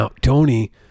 Tony